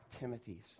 Timothys